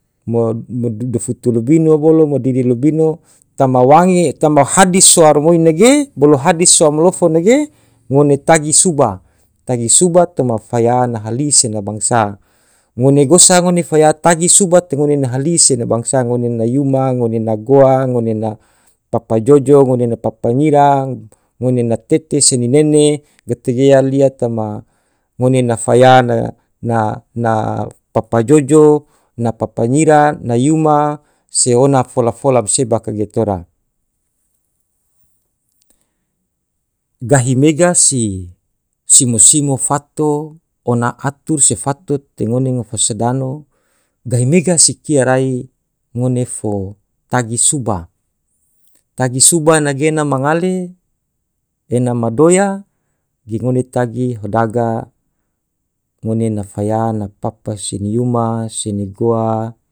mo modufu tulubino bolo mo dili lubino tama wange tama hadis waro moi nage bolo hadis wa malofo nage ngone tagi suba, tagi suba toma fayana halis ena bangsa ngone gosa ngone faya tagi suba to ngone halis ena bangsa ngone nayuma, ngone nagoa, ngone na papa jojo, papa nyira, ngone na tete se di nene, gate jea lia tama ngone na fayana na na papa jojo, na papa nyira, na yuma, se ona fola fola baseba kage tora, gahi mega si simo simo fato ona atur se fato te ngone ngofa sedano gahi mega si kia rai ngone fo tagi suba tagi suba nagena mangale ena madoya de ngone tagi hadaga ngone na fayana papa si niyuma, si nigoa.